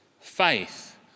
Faith